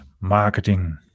marketing